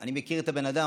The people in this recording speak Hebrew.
אני מכיר את הבן אדם.